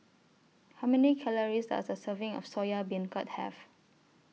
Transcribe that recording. How Many Calories Does A Serving of Soya Beancurd Have